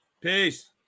Peace